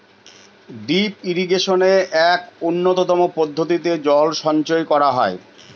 drip ইরিগেশনে এক উন্নতম পদ্ধতিতে জল সঞ্চয় করা হয়